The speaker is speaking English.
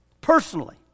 Personally